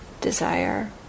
desire